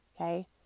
Okay